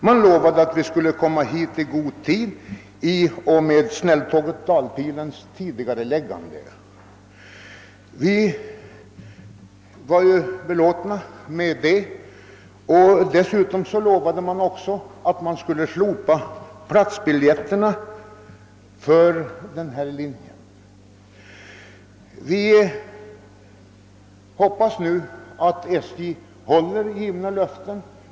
Man lovade oss att vi skulle få möjlighet att tidigare komma till Stockholm genom att snälltåget Dalpilen skulle tidigareläggas. Vi var belåtna med detta besked. Man lovade dessutom att platsbiljetterna på detta tåg skulle slopas. Vi hoppas nu att SJ håller sina givna löften.